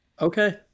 Okay